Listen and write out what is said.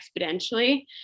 exponentially